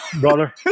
Brother